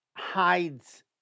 hides